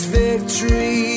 victory